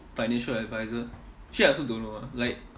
financial advisor actually I also don't know ah like